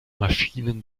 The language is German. maschinen